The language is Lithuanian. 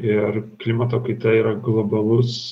ir klimato kaita yra globalus